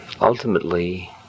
Ultimately